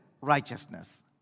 righteousness